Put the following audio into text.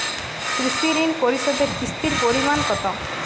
কৃষি ঋণ পরিশোধের কিস্তির পরিমাণ কতো?